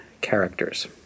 characters